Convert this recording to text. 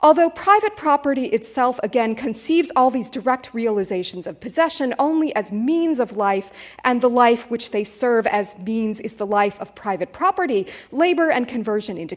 although private property itself again conceives all these direct realizations of possession only as means of life and the life which they serve as beings is the life of private property labor and conversion into